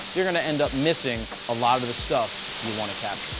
you're going to end up missing a lot of the stuff you want to capture